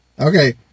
okay